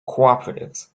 cooperatives